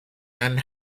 and